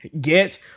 get